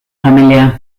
familia